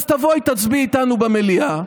אז תבואי ותצביעי איתנו במליאה,